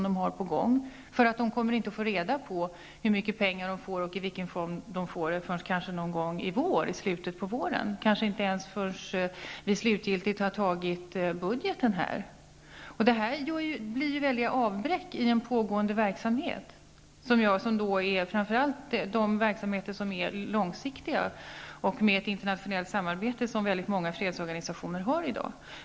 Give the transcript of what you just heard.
De kommer inte att få reda på hur mycket pengar de får och i vilken form de får dem förrän någon gång i slutet av våren, kanske inte förrän riksdagen slutgiltigt har fattat beslut om budgeten. Detta innebär väldiga avbräck i den pågående verksamheten, speciellt när det gäller långsiktiga verksamheter med ett internationellt samarbete, vilket många fredsorganisationer i dag sysslar med.